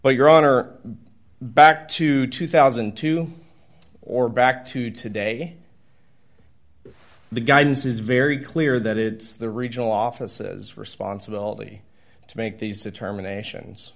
but your honor back to two thousand and two or back to today the guidance is very clear that it's the regional offices responsibility to make these determinations